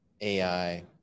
AI